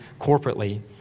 corporately